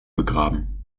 begraben